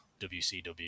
WCW